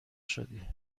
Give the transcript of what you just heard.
شدی